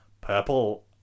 Purple